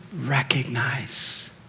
recognize